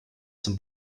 zum